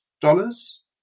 dollars